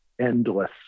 endless